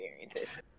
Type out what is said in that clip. experiences